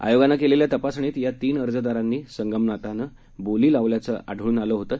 आयोगानं केलेल्या तपासणीत या तीन अर्जदारांनी संगनमतानं बोली लावल्याचं आढळून आलं होतं